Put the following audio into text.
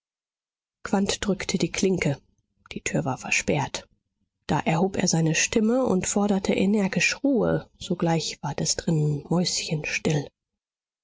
drückte die klinke die tür war versperrt da erhob er seine stimme und forderte energisch ruhe sogleich ward es drinnen mäuschenstill